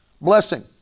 blessing